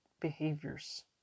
behaviors